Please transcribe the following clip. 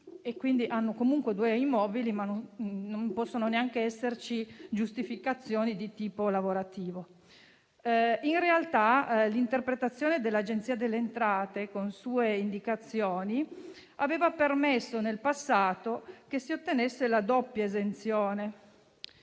che hanno comunque due immobili, ma per i quali non possono sussistere giustificazioni di tipo lavorativo. In realtà, l'interpretazione dell'Agenzia delle entrate, con le sue indicazioni, aveva permesso in passato che si ottenesse la doppia esenzione;